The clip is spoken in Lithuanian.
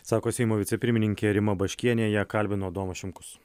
sako seimo vicepirmininkė rima baškienė ją kalbino adomas šimkus